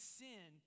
sin